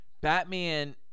Batman